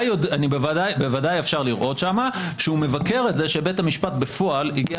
בוודאי אפשר לראות שם שהוא מבקר את זה שבית המשפט בפועל הגיע